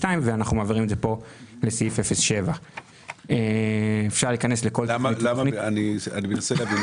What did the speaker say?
ואנחנו מעבירים את זה כאן לסעיף 07. אני מנסה להבין.